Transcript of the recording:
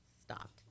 stopped